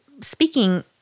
speaking